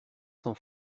cent